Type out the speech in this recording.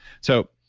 so,